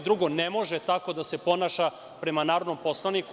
Drugo, ne može tako da se ponaša prema narodnom poslaniku.